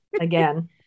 again